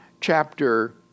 Chapter